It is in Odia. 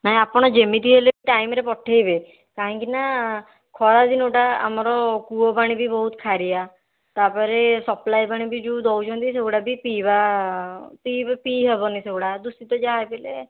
ନାଇଁ ଆପଣ ଯେମିତି ହେଲେ ଟାଇମ୍ରେ ପଠାଇବେ କାହିଁକିନା ଖରାଦିନଟା ଆମର କୂଅପାଣି ବି ବହୁତ ଖାରିଆ ତା'ପରେ ସପ୍ଲାଏ ପାଣି ବି ଯେଉଁ ଦେଉଛନ୍ତି ସେଗୁଡ଼ା ବି ପିଇବା ପିଇ ପିଇ ହେବନି ସେଗୁଡ଼ା ଦୂଷିତ ଯାହା ବି ହେଲେ